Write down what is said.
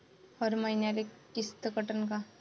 हर मईन्याले किस्त कटन का?